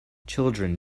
children